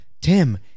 Tim